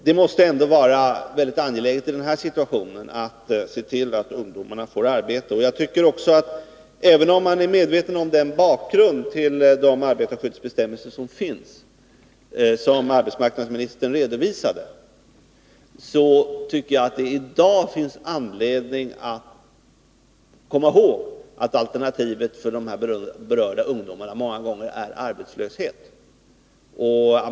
Det måste ändå vara väldigt angeläget i den här situationen att se till att ungdomarna får arbete. Även om man är medveten om bakgrunden till de arbetarskyddsbestämmelser som finns och som arbetsmarknadsministern redovisade, tycker jag att det i dag finns anledning att komma ihåg att alternativet för de här berörda ungdomarna många gånger är arbetslöshet.